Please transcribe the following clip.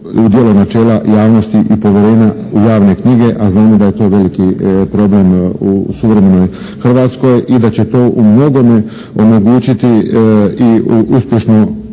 djelo načela javnosti i povjerenja u javne knjige, a znamo da je to veliki problem u suvremenoj hrvatskoj i da će to u mnogome omogućiti i uspješno